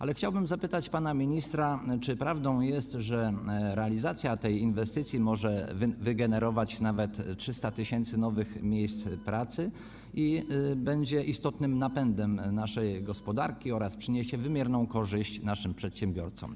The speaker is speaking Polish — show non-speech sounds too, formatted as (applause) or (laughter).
Ale chciałbym zapytać pana ministra: Czy prawdą jest, że realizacja tej inwestycji (noise) może wygenerować nawet 300 tys. nowych miejsc pracy i będzie istotnym napędem naszej gospodarki oraz przyniesie wymierną korzyść naszym przedsiębiorcom?